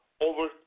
over